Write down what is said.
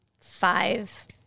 five